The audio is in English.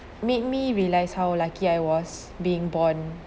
made me realise how lucky I was being born